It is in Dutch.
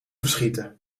verschieten